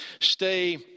stay